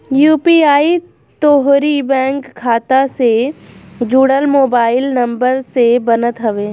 UPI तोहरी bank खाता से जुड़ल मोबाइल नंबर से बनत हवे